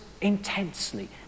intensely